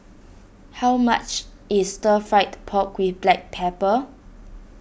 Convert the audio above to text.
how much is Stir Fried Pork with Black Pepper